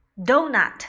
Donut